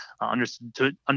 understood